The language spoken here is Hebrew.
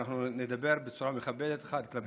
ואנחנו נדבר בצורה מכבדת אחד כלפי השני.